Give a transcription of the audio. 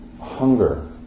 hunger